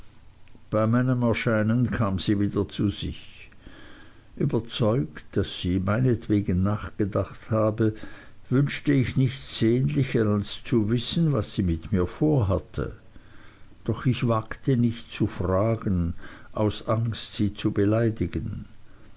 bei meinem erscheinen kam sie wieder zu sich überzeugt daß sie meinetwegen nachgedacht habe wünschte ich nichts sehnlicher als zu wissen was sie mit mir vorhatte doch ich wagte nicht zu fragen aus angst sie zu beleidigen